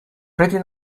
pretty